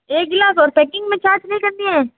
एक ग्लास और पैकिंग में छाछ भी करनी है